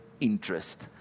interest